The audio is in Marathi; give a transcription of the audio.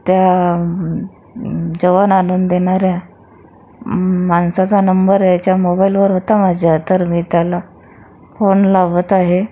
त्या जेवण आणून देणाऱ्या माणसाचा नंबर ह्याच्या मोबाइलवर होता माझ्या तर मी त्याला फोन लावत आहे